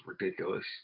ridiculous